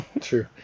true